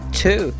two